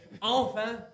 enfin